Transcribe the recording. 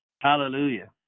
Hallelujah